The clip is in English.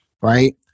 right